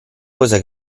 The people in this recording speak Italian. cosa